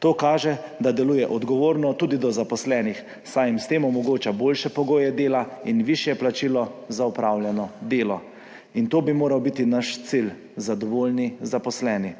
To kaže, da deluje odgovorno tudi do zaposlenih, saj jim s tem omogoča boljše pogoje dela in višje plačilo za opravljeno delo.« In to bi moral biti naš cilj – zadovoljni zaposleni.